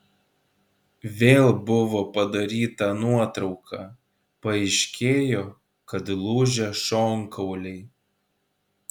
vėl buvo padaryta nuotrauka paaiškėjo kad lūžę šonkauliai